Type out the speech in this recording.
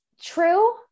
True